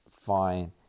fine